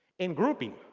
and grouping.